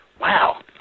wow